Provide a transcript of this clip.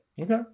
Okay